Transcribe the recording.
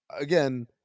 again